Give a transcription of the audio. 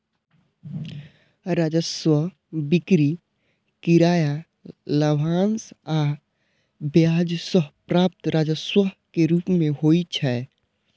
राजस्व बिक्री, किराया, लाभांश आ ब्याज सं प्राप्त राजस्व के रूप मे होइ छै